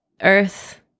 earth